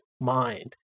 mind